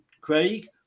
Craig